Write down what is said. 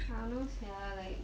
I don't know sia like